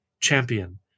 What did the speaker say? Champion